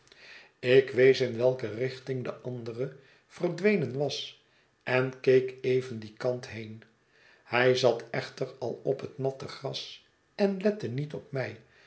ik wees in welke richting de andere verdwenen was en keek even dien kant heen hij zat echter al op het natte gras en lette niet op mij